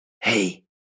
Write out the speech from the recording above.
hey